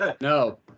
No